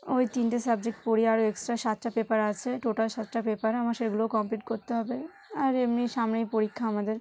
ওই তিনটে সাবজেক্ট পড়ি আরও এক্সট্রা সাতটা পেপার আছে টোটাল সাতটা পেপার আমার সেগুলোও কমপ্লিট করতে হবে আর এমনি সামনেই পরীক্ষা আমাদের